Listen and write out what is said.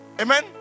Amen